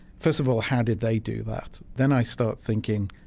first of all, how did they do that? then i start thinking,